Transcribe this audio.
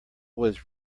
was